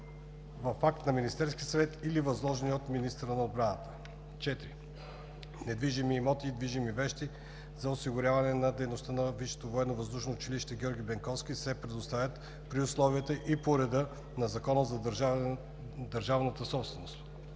в акт на Министерския съвет или възложени от министъра на отбраната. 4. Недвижимите имоти и движимите вещи за осигуряване на дейността на Висшето военновъздушно училище „Георги Бенковски“ се предоставят при условията и по реда на Закона за държавната собственост.